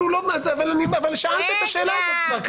כבר שאלת את השאלה הזאת.